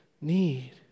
need